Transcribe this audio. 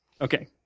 Okay